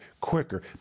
quicker